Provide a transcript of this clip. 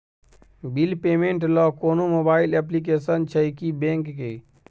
Bill payment ल कोनो mobile application छै की बैंक के?